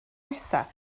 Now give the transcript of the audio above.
nesaf